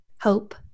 Hope